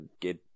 get